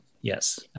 Yes